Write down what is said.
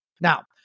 Now